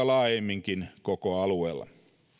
laajemminkin koko alueella